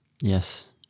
Yes